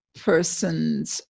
persons